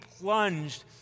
plunged